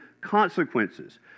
consequences